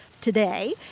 today